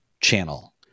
channel